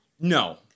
No